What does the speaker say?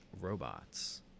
robots